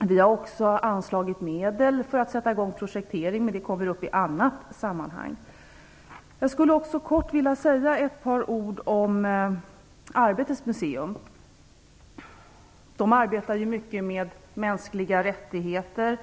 Vi har också föreslagit medel för att sätta i gång en projektering, men det förslaget kommer upp i annat sammanhang. Jag skulle också kort vilja säga ett par ord om Arbetets museum. Det museet arbetar ju mycket med mänskliga rättigheter.